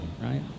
Right